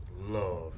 love